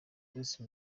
bruce